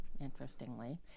interestingly